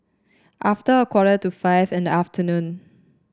after a quarter to five in the afternoon